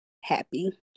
happy